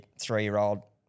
three-year-old